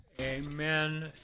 Amen